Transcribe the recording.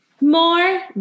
more